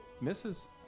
Misses